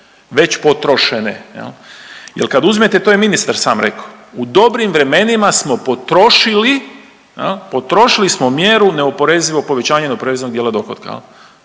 sve potrošene jel, jel kad uzmete, to je ministar sam reko, u dobrim vremenima smo potrošili jel, potrošili smo mjeru neoporezivog povećanja …/Govornik